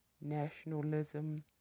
Nationalism